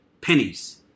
pennies